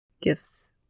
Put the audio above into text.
Gifts